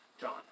John